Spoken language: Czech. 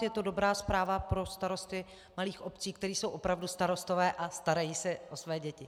Je to dobrá zpráva pro starosty malých obcí, kteří jsou opravdu starostové a starají se o své děti.